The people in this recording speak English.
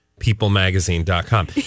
peoplemagazine.com